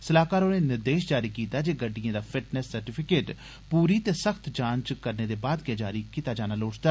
स्लाहकार होरें निर्देष जारी कीता जे गड़िडएं दा फिटनेस सर्टीफिकेट पूरी ते सख्त जांच करने दे बाद गै जारी कीता जाना लोड़चदा